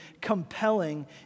compelling